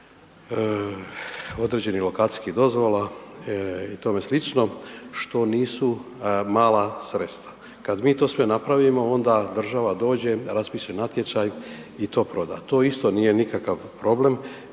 određenih lokacijskih dozvola i tome slično, što nisu mala sredstva. Kad mi to sve napravimo, onda država dođe, raspisuje natječaj i to proda. To isto nije nikakav problem